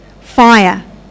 fire